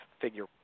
figure